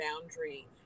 boundary